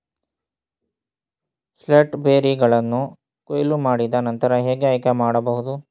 ಸ್ಟ್ರಾಬೆರಿಗಳನ್ನು ಕೊಯ್ಲು ಮಾಡಿದ ನಂತರ ಹೇಗೆ ಆಯ್ಕೆ ಮಾಡಬಹುದು?